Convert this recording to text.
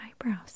eyebrows